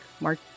Mark